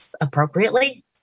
appropriately